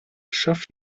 schafft